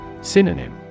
Synonym